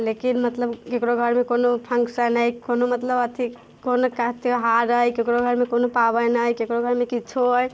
लेकिन मतलब ककरो घरमे कोनो फँक्शन अइ कोनो मतलब अथी कोनो काज त्योहार अइ ककरो घरमे कोनो पाबनि अइ ककरो घरमे किछु अइ